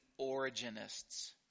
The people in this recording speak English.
originists